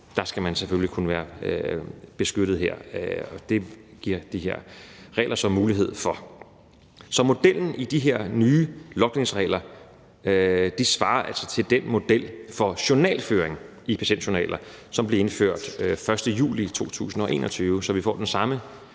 Der skal man selvfølgelig kunne være beskyttet, og det giver de her regler så mulighed for. Så modellen i de her nye logningsregler svarer altså til den model for journalføring i patientjournaler, som blev indført den 1. juli 2021, så vi nu både får den samme